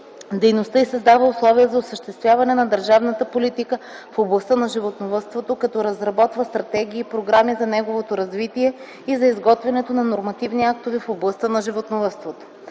дейността и създава условия за осъществяване на държавната политика в областта на животновъдството, като разработва стратегии и програми за неговото развитие и за изготвянето на нормативни актове в областта на животновъдството.